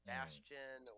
Bastion